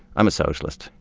i'm a socialist.